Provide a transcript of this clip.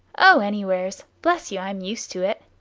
oh, anywheres. bless you, i'm used to it.